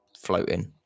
floating